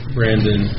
Brandon